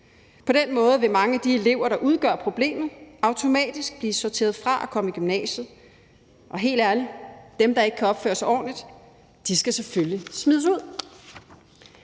På den måde vil mange af de elever, der udgør problemet, automatisk blive sorteret fra og udelukket fra at komme i gymnasiet, og helt ærligt: Dem, der ikke kan opføre sig ordentligt, skal selvfølgelig smides ud.